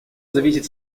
зависит